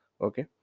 Okay